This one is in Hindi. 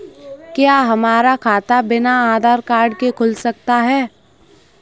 क्या हमारा खाता बिना आधार कार्ड के खुल सकता है?